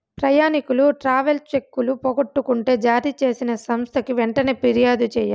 ప్రయాణికులు ట్రావెలర్ చెక్కులు పోగొట్టుకుంటే జారీ చేసిన సంస్థకి వెంటనే ఫిర్యాదు చెయ్యాలి